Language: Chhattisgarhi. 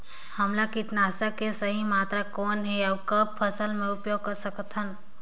हमला कीटनाशक के सही मात्रा कौन हे अउ कब फसल मे उपयोग कर सकत हन?